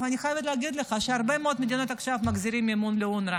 אני חייבת להגיד לך שהרבה מאוד מדינות עכשיו מחזירות מימון לאונר"א.